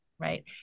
right